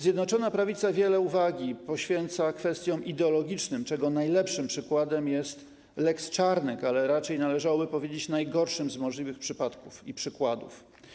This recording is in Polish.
Zjednoczona Prawica wiele uwagi poświęca kwestiom ideologicznym, czego najlepszym przykładem jest lex Czarnek, ale raczej należałoby powiedzieć najgorszym z możliwych przypadków i przykładów.